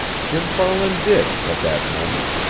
jim farland did, at that moment.